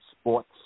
sports